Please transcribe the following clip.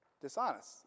dishonest